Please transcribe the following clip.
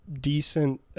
decent